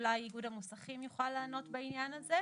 ואולי איגוד המוסכים יוכל לענות בעניין הזה?